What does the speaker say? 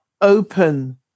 open